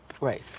right